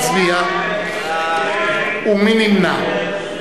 ומי נמנע?